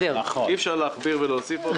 אי אפשר להכביר ולהוסיף עוד.